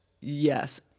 Yes